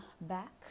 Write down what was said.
back